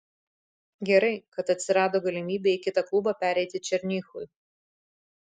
gerai kad atsirado galimybė į kitą klubą pereiti černychui